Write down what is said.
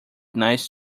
nice